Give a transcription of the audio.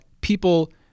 people